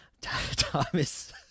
Thomas